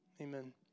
Amen